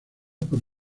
por